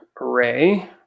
array